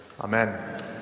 Amen